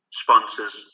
sponsors